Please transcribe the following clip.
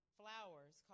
flowers